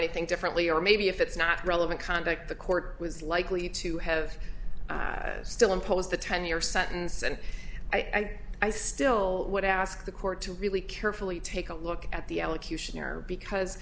anything differently or maybe if it's not relevant conduct the court was likely to have still imposed a ten year sentence and i think i still would ask the court to really carefully take a look at the elocutionary because